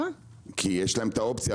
כי יש להם את האופציה,